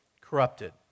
Corrupted